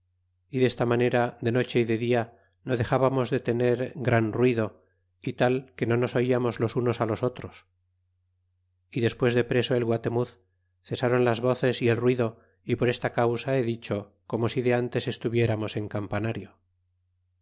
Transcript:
y desta manera de noche y de dia no dexbamos de tener gran ruido y tal que no nos orlamos los unos los otros y despues de preso el guatemuz cesaron las voces y el ruido y por esta causa he dicho como si de in tes estuvieramos en campanario